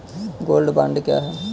Gold bond क्या है?